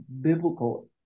biblical